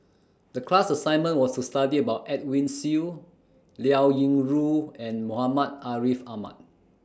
The class assignment was to study about Edwin Siew Liao Yingru and Muhammad Ariff Ahmad